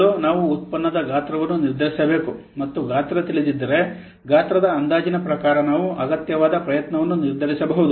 ಮೊದಲು ನಾವು ಉತ್ಪನ್ನದ ಗಾತ್ರವನ್ನು ನಿರ್ಧರಿಸಬೇಕು ಮತ್ತು ಗಾತ್ರ ತಿಳಿದಿದ್ದರೆ ಗಾತ್ರದ ಅಂದಾಜಿನ ಪ್ರಕಾರ ನಾವು ಅಗತ್ಯವಾದ ಪ್ರಯತ್ನವನ್ನು ನಿರ್ಧರಿಸಬಹುದು